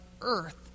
earth